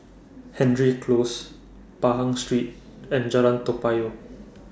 Hendry Close Pahang Street and Jalan Toa Payoh